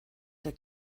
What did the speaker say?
der